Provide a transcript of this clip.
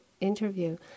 interview